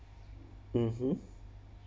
mmhmm